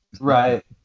Right